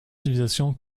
civilisation